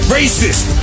racist